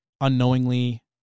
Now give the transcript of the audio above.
unknowingly